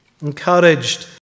encouraged